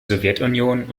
sowjetunion